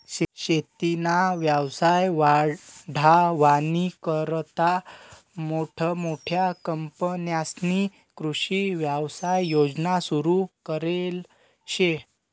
शेतीना व्यवसाय वाढावानीकरता मोठमोठ्या कंपन्यांस्नी कृषी व्यवसाय योजना सुरु करेल शे